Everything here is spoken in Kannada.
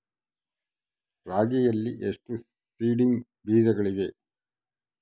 ರಾಗಿಯಲ್ಲಿ ಎಷ್ಟು ಸೇಡಿಂಗ್ ಬೇಜಗಳಿವೆ?